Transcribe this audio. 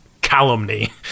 calumny